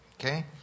Okay